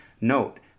Note